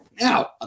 Now